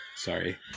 Sorry